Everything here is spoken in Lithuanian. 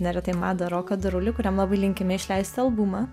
neretai madą roką darulį kuriam labai linkime išleisti albumą